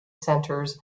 centres